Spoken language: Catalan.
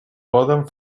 poden